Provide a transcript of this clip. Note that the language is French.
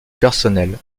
personnel